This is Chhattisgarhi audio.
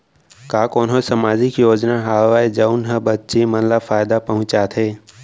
का कोनहो सामाजिक योजना हावय जऊन हा बच्ची मन ला फायेदा पहुचाथे?